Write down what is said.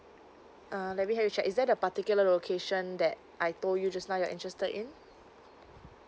uh let me have a check is there a particular location that I told you just now that you're interested in